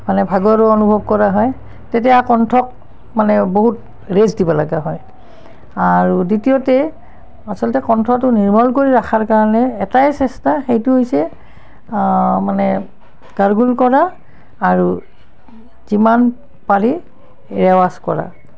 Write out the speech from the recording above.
মানে ভাগৰুৱা অনুভৱ কৰা হয় তেতিয়া কণ্ঠক মানে বহুত ৰেষ্ট দিবা লগা হয় আৰু দ্বিতীয়তে আচলতে কণ্ঠটো নিৰ্মল কৰি ৰখাৰ কাৰণে এটাই চেষ্টা সেইটো হৈছে মানে গাৰ্গুল কৰা আৰু যিমান পাৰি ৰেৱাজ কৰা